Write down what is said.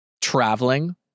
traveling